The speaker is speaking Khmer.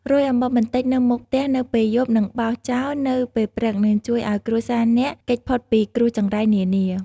រោយអំបិលបន្តិចនៅមុខផ្ទះនៅពេលយប់ និងបោសចោលនៅពេលព្រឹកនឹងជួយឲ្យគ្រួសារអ្នកគេចផុតពីគ្រោះចង្រៃនានា ។